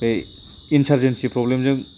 बै इन्सारजेन्सि प्रब्लेमजों